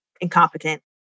incompetent